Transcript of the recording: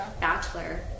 Bachelor